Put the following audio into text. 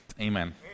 amen